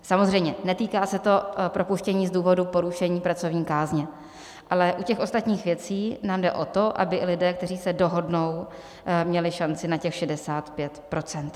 Samozřejmě, netýká se to propuštění z důvodu porušení pracovní kázně, ale u těch ostatních věcí nám jde o to, aby lidé, kteří se dohodnou, měli šanci na těch 65 %.